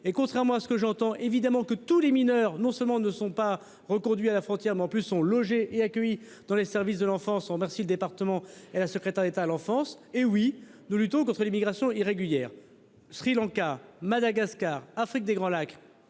et contrairement à ce que j'entends évidemment que tous les mineurs non seulement ne sont pas reconduits à la frontière mais en plus sont logés et accueilli dans les services de l'enfance. Merci le département et la secrétaire d'État à l'enfance et oui nous luttons contre l'immigration irrégulière Sri Lanka Madagascar Afrique des Grands Lacs